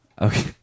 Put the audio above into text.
Okay